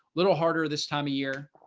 little harder this time of year.